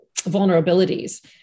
vulnerabilities